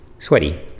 Sweaty